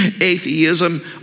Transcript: atheism